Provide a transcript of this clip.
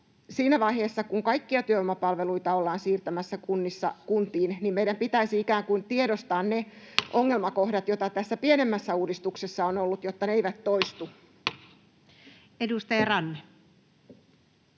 siinä vaiheessa, kun kaikkia työvoimapalveluita ollaan siirtämässä kunnissa kuntiin, meidän pitäisi ikään kuin tiedostaa ne ongelmakohdat, joita tässä pienemmässä uudistuksessa on ollut, jotta ne eivät toistu. [Speech 256]